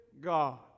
God